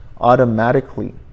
automatically